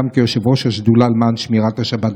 כאשר המדינה שלך,